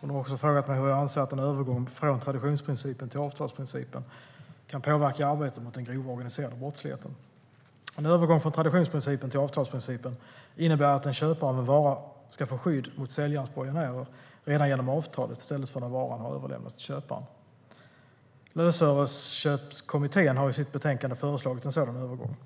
Hon har också frågat mig hur jag anser att en övergång från traditionsprincipen till avtalsprincipen kan påverka arbetet mot den grova organiserade brottsligheten. En övergång från traditionsprincipen till avtalsprincipen innebär att en köpare av en vara ska få skydd mot säljarens borgenärer redan genom avtalet i stället för när varan har överlämnats till köparen. Lösöreköpskommittén har i sitt betänkande föreslagit en sådan övergång.